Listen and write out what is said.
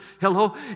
Hello